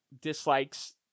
dislikes